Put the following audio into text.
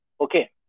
Okay